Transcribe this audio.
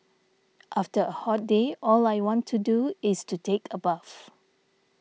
after a hot day all I want to do is to take a bath